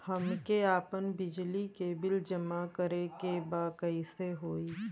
हमके आपन बिजली के बिल जमा करे के बा कैसे होई?